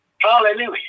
Hallelujah